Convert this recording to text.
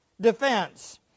defense